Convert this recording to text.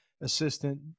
assistant